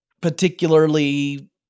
particularly